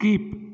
skip